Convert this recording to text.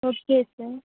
okay sir